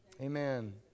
Amen